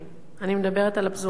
אני מדברת על הפזורה הבדואית.